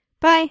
Bye